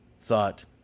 thought